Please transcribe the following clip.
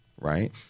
Right